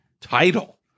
title